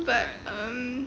but um